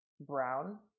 brown